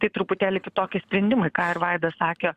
tai truputėlį kitokie sprendimai ką ir vaidas sakė